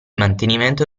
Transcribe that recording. mantenimento